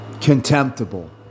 contemptible